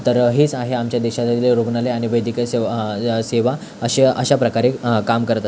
तर हेच आहे आमच्या देशातल रुग्णालय आणि वैद्यकीय सेव सेवा अ अशा अशाप्रकारे हा काम करतात